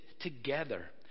Together